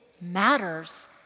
matters